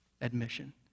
admission